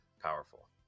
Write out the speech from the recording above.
powerful